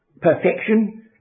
perfection